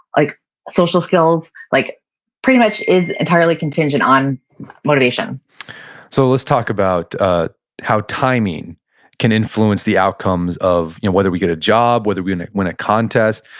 like social skills, like pretty much is entirely contingent on motivation so let's talk about ah how timing can influence the outcomes of whether we get a job, whether we win a contest.